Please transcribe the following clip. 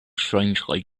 strangely